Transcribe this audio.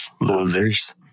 losers